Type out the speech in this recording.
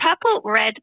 purple-red